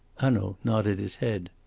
hanaud nodded his head.